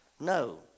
No